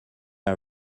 are